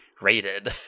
rated